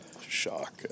shock